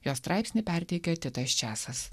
jo straipsnį perteikia titas česas